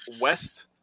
west